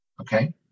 Okay